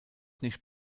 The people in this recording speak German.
nicht